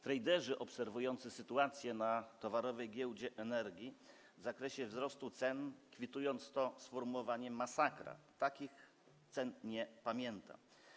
Traderzy obserwujący sytuację na Towarowej Giełdzie Energii w zakresie wzrostu cen kwitują to sformułowaniem: masakra, takich cen nie pamiętamy.